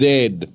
Dead